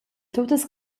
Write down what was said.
tuttas